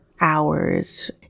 hours